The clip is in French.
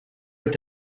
est